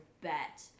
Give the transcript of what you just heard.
bet